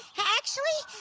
actually,